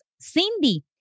Cindy